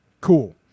Cool